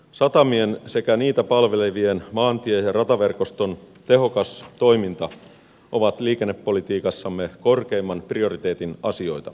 satamien sekä niitä palvelevan maantie ja rataverkoston tehokas toiminta on liikennepolitiikassamme korkeimman prioriteetin asioita